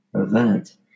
event